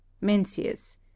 Mencius